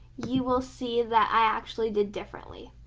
you will see that i actually did differently.